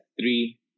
three